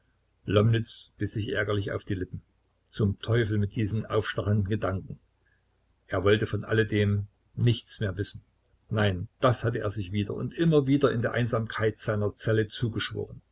biß sich ärgerlich auf die lippen zum teufel mit diesen aufstachelnden gedanken er wollte von alledem nichts mehr wissen nein das hatte er sich wieder und immer wieder in der einsamkeit seiner zelle zugeschworen